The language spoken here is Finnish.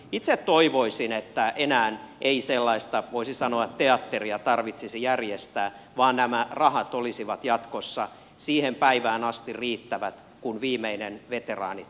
itse toivoisin että enää ei sellaista voisi sanoa teatteria tarvitsisi järjestää vaan nämä rahat olisivat jatkossa riittävät siihen päivään asti kun viimeinen veteraani täältä pois lähtee